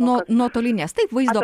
nuo nuotolinės taip vaizdo